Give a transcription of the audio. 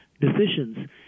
Decisions